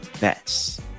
best